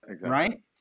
right